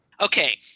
Okay